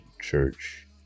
church